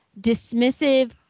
dismissive